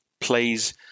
plays